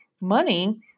money